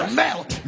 melt